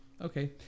Okay